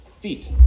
feet